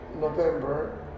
November